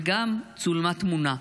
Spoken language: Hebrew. וגם צולמה תמונה.